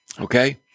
Okay